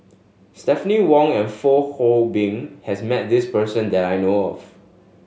Stephanie Wong and Fong Hoe Beng has met this person that I know of